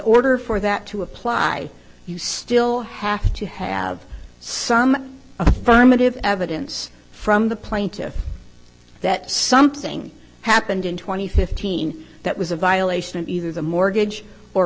order for that to apply you still have to have some affirmative evidence from the plaintiff that something happened in two thousand and fifteen that was a violation of either the mortgage or